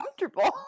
comfortable